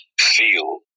feel